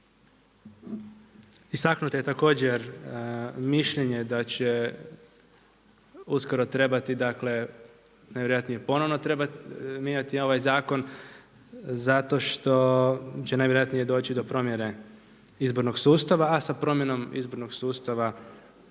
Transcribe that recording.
Istaknuto je također mišljenje da će uskoro trebati najvjerojatnije ponovno mijenjati ovaj zakon, zato što će najvjerojatnije će doći do promjene izbornog sustava a sa promjenom izbornog sustava